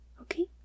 Okay